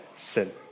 Sin